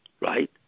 right